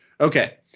Okay